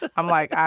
but i'm like,